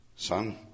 Son